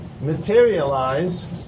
materialize